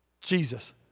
Jesus